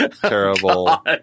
terrible